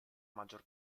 maggior